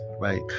right